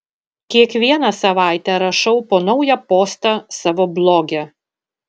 kiekvieną savaitę rašau po naują postą savo bloge